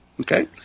okay